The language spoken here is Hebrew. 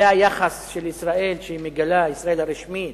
זה היחס של ישראל, הרשמי,